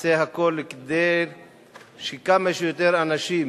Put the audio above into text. נעשה הכול כדי שכמה שיותר אנשים,